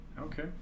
Okay